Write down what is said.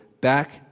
back